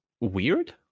weird